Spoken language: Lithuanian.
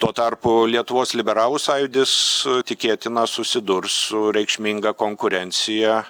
tuo tarpu lietuvos liberalų sąjūdis tikėtina susidurs su reikšminga konkurencija